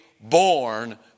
born